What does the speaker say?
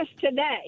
today